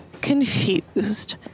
Confused